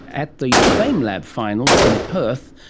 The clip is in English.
at the famelab finals in perth,